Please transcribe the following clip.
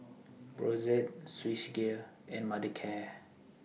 Brotzeit Swissgear and Mothercare